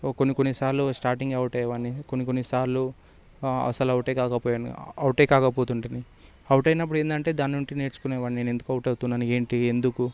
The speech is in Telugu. కొన్ని కొన్నిసార్లు స్టార్టింగే అవుట్ అయ్యేవాడిని కొన్ని కొన్నిసార్లు అసలు అవుటే కాకపోయిండు అవుటే కాకపోతుంటిని అవుట్ అయినప్పుడు ఏంటంటే దాని నుంచి నేర్చుకునేవాడిని ఎందుకు అవుతున్నాను ఏంటి ఎందుకు